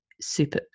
super